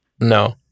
No